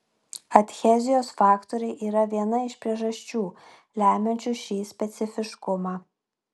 adhezijos faktoriai yra viena iš priežasčių lemiančių šį specifiškumą